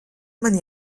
man